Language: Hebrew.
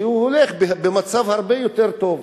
שהוא במצב הרבה יותר טוב.